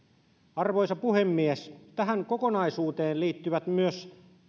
arvoisa puhemies tähän kokonaisuuteen liittyvät myös